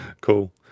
Cool